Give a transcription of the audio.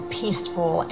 peaceful